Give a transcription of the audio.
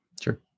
Sure